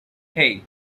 hey